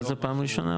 זאת הפעם הראשונה.